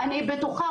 אני בטוחה,